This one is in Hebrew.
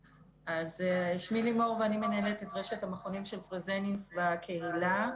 אני מנהלת את רשת המכונים של פרזניוס בקהילה.